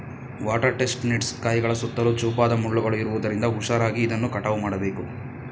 water chestnuts ಕಾಯಿಗಳ ಸುತ್ತಲೂ ಚೂಪಾದ ಮುಳ್ಳುಗಳು ಇರುವುದರಿಂದ ಹುಷಾರಾಗಿ ಇದನ್ನು ಕಟಾವು ಮಾಡಬೇಕು